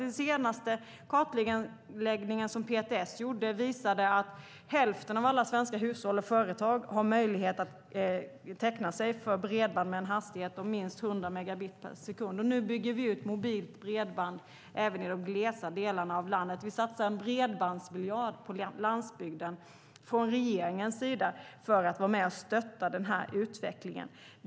Den senaste kartläggningen som PTS gjorde visade att hälften av alla svenska hushåll och företag har möjlighet att teckna sig för bredband med en hastighet av minst 100 megabit per sekund. Nu bygger vi också ut mobilt bredband i de glesa delarna av landet. Regeringen satsar en bredbandsmiljard på landsbygden för att stötta denna utveckling.